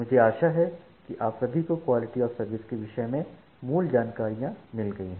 मुझे आशा है कि आप सभी को क्वालिटी ऑफ़ सर्विस के विषय में मूल जानकारियाँ मिल गई हैं